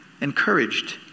encouraged